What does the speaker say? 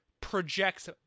projects